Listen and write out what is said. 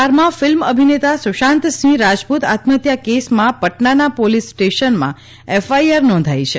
બિહારમાં ફિલ્મ અભિનેતા સુશાંત સિંહ રાજપૂત આત્મહત્યા કેસમાં પટનાના પોલીસ સ્ટેશનમાં એફઆઈઆર નોંધાઈ છે